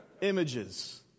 images